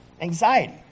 anxiety